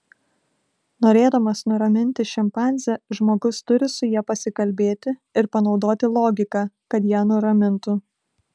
norėdamas nuraminti šimpanzę žmogus turi su ja pasikalbėti ir panaudoti logiką kad ją nuramintų